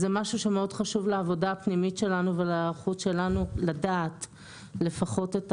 זה משהו שמאוד חשוב לעבודה הפנימית שלנו ולהיערכות שלנו לדעת לפחות את